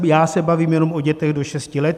Já se bavím jenom o dětech do šesti let.